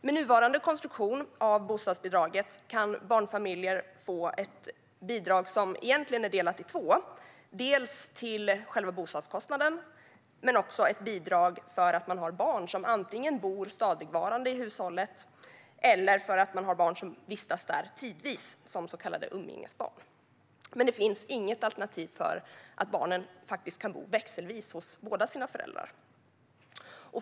Med nuvarande konstruktion av bostadsbidraget kan barnfamiljer få ett bidrag som egentligen är delat i två: dels till själva bostadskostnaden, dels ett bidrag för att man har barn som antingen bor stadigvarande i hushållet eller vistas där tidvis som så kallade umgängesbarn. Men det finns inget alternativ för att barnen faktiskt kan bo växelvis hos båda sina föräldrar.